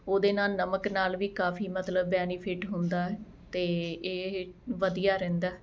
ਉਹਦੇ ਨਾਲ ਨਮਕ ਨਾਲ ਵੀ ਕਾਫ਼ੀ ਮਤਲਬ ਬੈਨੀਫਿਟ ਹੁੰਦਾ ਹੈ ਅਤੇ ਇਹ ਵਧੀਆ ਰਹਿੰਦਾ